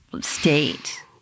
state